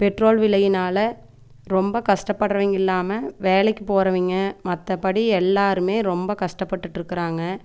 petrol விலையினால் ரொம்ப கஷ்டப்படுறவங்க இல்லாமல் வேலைக்கு போறவங்க மற்றபடி எல்லாருமே ரொம்ப கஷ்டப்பட்டுகிட்ருக்கறாங்க